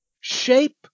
shape